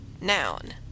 Noun